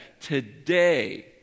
Today